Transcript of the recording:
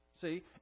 See